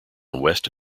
west